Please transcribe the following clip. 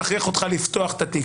מכריח אותך לפתוח את התיק.